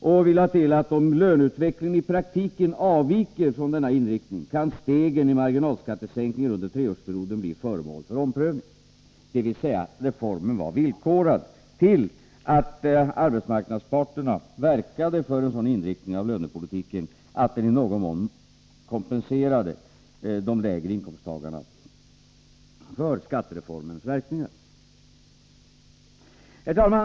Vi lade till att om löneutvecklingen i praktiken skulle avvika från denna inriktning, kunde stegen i marginalskattesänkningen under treårsperioden bli föremål för omprövning — dvs. reformen var villkorad till att arbetsmarknadsparterna verkade för en sådan inriktning av lönepolitiken att den i någon mån kompenserade de lägre inkomsttagarna för skattereformens verkningar. Herr talman!